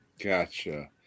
Gotcha